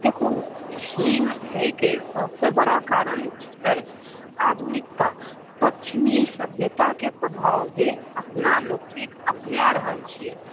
देखू भीन होइके सभसँ बड़ा कारण अछि आधुनिकता पश्चिमी सभ्यताके प्रभाव जे अपना लोकनिक अपनाए रहल छिऐ